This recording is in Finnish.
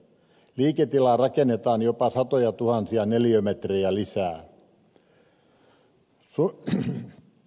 liiketilaa rakennetaan jopa satojatuhansia neliömetrejä lisää